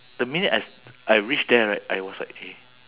the minute I s~ I reach there right I was like eh